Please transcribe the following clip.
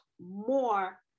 more